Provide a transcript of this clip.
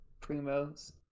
Primo's